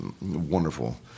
wonderful